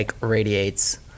radiates